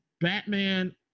Batman